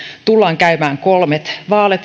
tullaan käymään kolmet vaalit